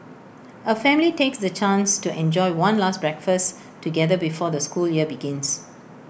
A family takes the chance to enjoy one last breakfasts together before the school year begins